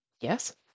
Yes